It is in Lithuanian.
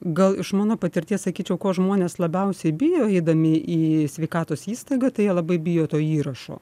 gal iš mano patirties sakyčiau ko žmonės labiausiai bijo eidami į sveikatos įstaigą tai jie labai bijo to įrašo